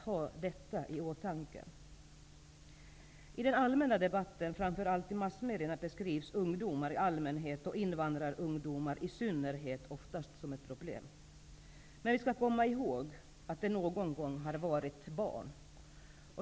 I den allmänna debatten, framför allt i massmedierna, beskrivs ungdomar i allmänhet och invandrarungdomar i synnerhet oftast som ett problem. Men vi skall komma ihåg att de en gång har varit barn.